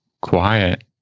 quiet